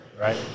right